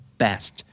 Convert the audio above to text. best